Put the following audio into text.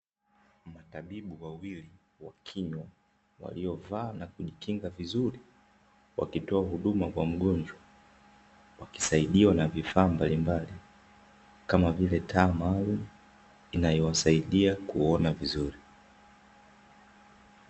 Matabibu wawili wa kinywa waliovaa na kujikinga vizuri wakitoa huduma kwa mgonjwa, wakisaidiwa na vifaa mbalimbali, kama vile taa maalumu inayowasaidia kuona vizuri.